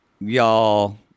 Y'all